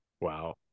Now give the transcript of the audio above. Wow